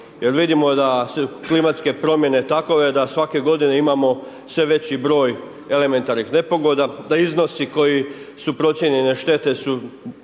Jer vidimo da su klimatske promjene takove, da svaki godine imamo sve veći broj elementarnih nepogoda, da iznosi, koji su procijenjene štete su